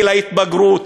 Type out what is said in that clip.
גיל ההתבגרות.